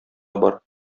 бар